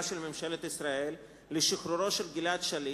של ממשלת ישראל לשחרורו של גלעד שליט,